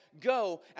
go